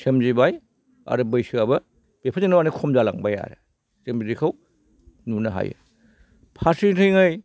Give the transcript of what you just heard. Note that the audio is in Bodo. सोमजिबाय आरो बैसोआबो बेफोरजोंनो माने खम जालांबाय आरो जों बिदिखौ नुनो हायो फारसेथिङै